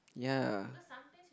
ya